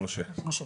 משה.